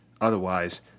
Otherwise